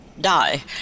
die